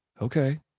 Okay